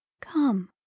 Come